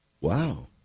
Wow